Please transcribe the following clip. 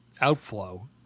outflow